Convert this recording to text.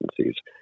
agencies